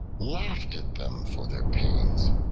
laughed at them for their pains.